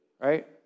right